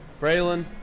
Braylon